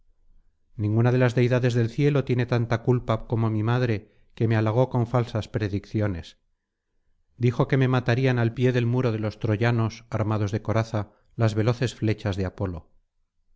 ninguna de las deidades del cielo tiene tanta culpa como mi madre que me halagó con falsas predicciones dijo que me matarían al pie del muro de los troyanos armados de coraza las veloces flechas de apolo